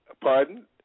Pardon